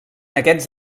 aquests